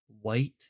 white